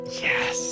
Yes